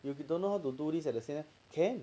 you don't know how to do this at the